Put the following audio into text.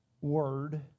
word